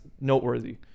noteworthy